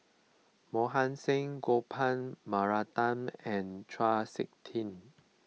Mohan Singh Gopal Baratham and Chau Sik Ting